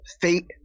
Fate